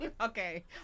okay